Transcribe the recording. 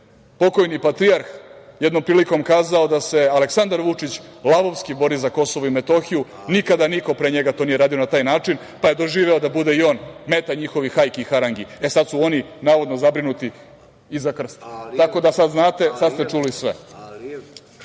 pokojni patrijarh jednom prilikom kazao da se Aleksandar Vučić lavovski bori za Kosovo i Metohiju, nikada niko pre njega to nije radio na taj način, pa je doživeo da bude i on meta njihovih hajki i harangi. Sada su oni navodno zabrinuti i za krst.Tako da sada znate i sada ste čuli sve,